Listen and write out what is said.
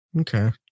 Okay